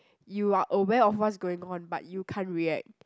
you are aware of what's going on but you can't react